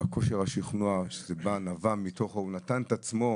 וכושר השכנוע שנבע מתוכו